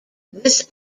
this